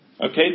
Okay